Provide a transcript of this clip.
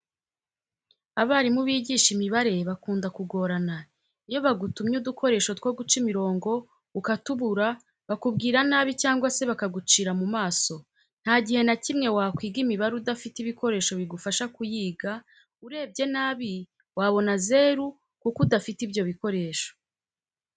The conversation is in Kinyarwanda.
Abarimu bigisha imibare bakunda kugorana, iyo bagutumye udukoresho two guca imirongo ukatubura bakubwira nabi cyangwa se bakagucira mu maso, nta gihe na kimwe wakwiga imibare udafite ibikoresho bigufasha kuyiga, urebye nabi wabona zeru kuko udafite ibyo bikoresho.